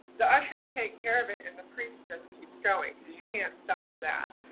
the ushers take care of it and the priest just keeps going cause you can't stop that.